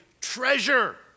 treasure